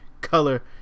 color